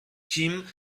kim